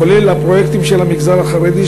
כולל הפרויקטים של המגזר החרדי,